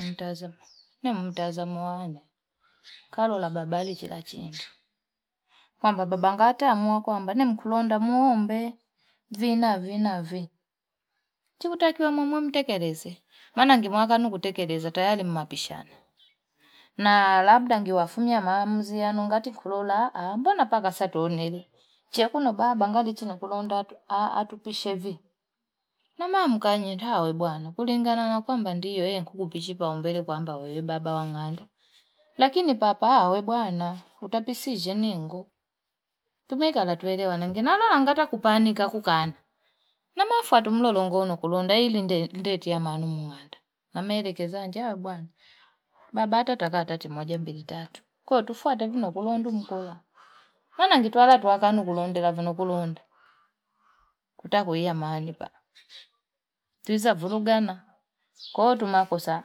Mtazamu, mtazamu wane. Kalu la babali chila chintu. Kwa mbabangata ya mua kwa mba, ne mkulonda mua umbe, vina, vina, vina. Chikutakiwa mua mua mteke reze. Manangimu waka nuku teke reze, atayali mbapishana. Na labda ngi wafumia mamzi ya nungati nkulola, mbona paka sato oneri? Chia kuno baba, mbangali chinakulonda atupishe vi. Na maa mkanyita hawebwana. Kuli ngana na kwa mbandiyo, nkukupichipa umbele kwa mbawebaba wangando. Lakini bapa hawebwana, utapishije ningu. Tumekala tuwele wanangina. Na lola mkata kupanika kukana. Na maa fuatumlolo ngunu kulonda, hili ndeti ya manumunganda. Na mereke zaanja hawebwana. Baba ata takata timoje mbilitatu. Kwa tufuate vina kulondu mkula. Manangitua lato wakanu kulonda la vina kulonda. Kuta kuhiya maanipa. Tuisa vulugana. Kwa otumakosa,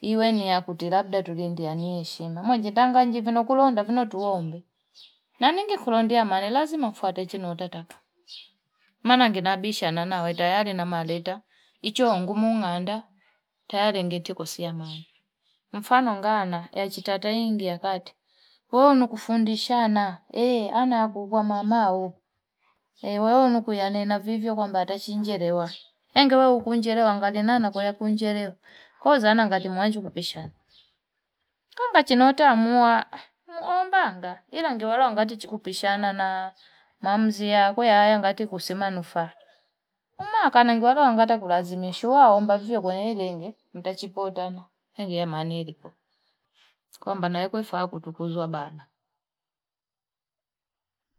iwe ni ya kutirapda tulindi ya nyeshima. Mwajindanga njifuno kulonda, vino tuombe. Naningi kulondi ya mani, lazima kufuate chini otataka. Mananginabisha nana waitayari na maleta. Ituongumu munganda. Tayari nginjiti kusi ya maa. Mfano ngana, ya chitataingi ya kati. Wewe unukufundishana. E, ana akufuwa mama ubu. Wewe unukuyane na vivyo kwa mbata chinjirewa. Engi wewe unukunjirewa. Angati nana kuli akunjirewa. Koza ana angati mwanjukupishana. Kwa mbata chinota mwa, mwa omba anga. Ila angiwalo angati chikupishana na mamzi ya kuya aya. Angati kusimanufa. Umakana angiwalo angata kulazimishu. Waomba viyo kwenye lingi. Mtachipota ni. Kwa mbata naikufuwa kutukuzwa baba.